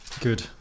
Good